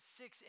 six